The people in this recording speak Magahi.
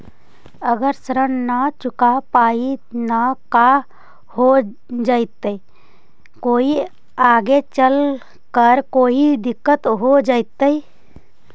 अगर ऋण न चुका पाई न का हो जयती, कोई आगे चलकर कोई दिलत हो जयती?